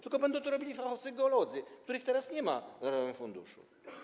Tylko będą to robili fachowcy geolodzy, których teraz nie ma w funduszu.